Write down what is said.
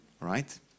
Right